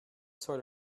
sort